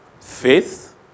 faith